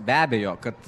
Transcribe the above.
be abejo kad